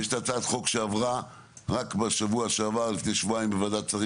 יש את הצעת חוק שעברה רק בשבוע שעבר לפני שבועיים בוועדת השרים,